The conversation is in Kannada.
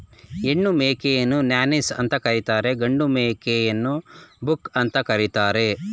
ಹೆಣ್ಣು ಮೇಕೆಯನ್ನು ನಾನೀಸ್ ಅಂತ ಕರಿತರೆ ಮತ್ತು ಗಂಡು ಮೇಕೆನ ಬಕ್ ಅಂತ ಕರಿತಾರೆ